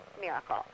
Miracle